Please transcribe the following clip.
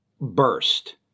burst